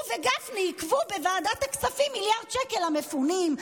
הוא וגפני עיכבו בוועדת הכספים מיליארד שקל למפונים,